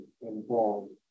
involved